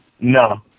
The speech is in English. No